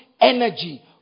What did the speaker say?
energy